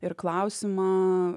ir klausimą